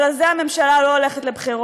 אבל על זה הממשלה לא הולכת לבחירות.